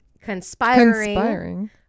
Conspiring